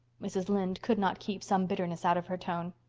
mrs. lynde could not keep some bitterness out of her tone.